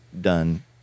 done